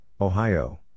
Ohio